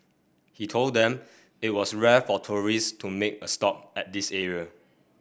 he told them it was rare for tourists to make a stop at this area